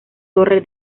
torre